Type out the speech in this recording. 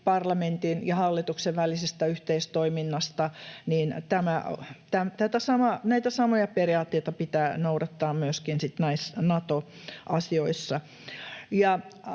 parlamentin ja hallituksen välisestä yhteistoiminnasta, ja näitä samoja periaatteita pitää noudattaa myöskin sitten